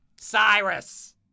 Cyrus